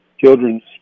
children's